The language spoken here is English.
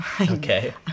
Okay